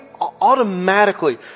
automatically